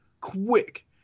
quick